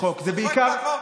צוחק מהחוק, איזה צחוק.